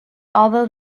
although